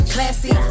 Classy